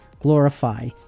glorify